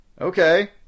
Okay